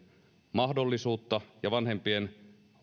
mahdollisuutta ja vanhempien